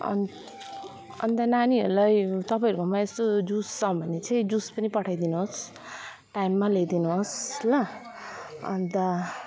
अनि अन्त नानीहरूलाई तपाईँहरूकोमा यस्तो जुस छ भने चाहिँ जुस पनि पठाइदिनु होस् टाइममा ल्याइदिनु होस् ल अन्त